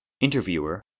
Interviewer